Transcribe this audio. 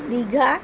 Digha